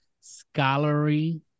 scholarly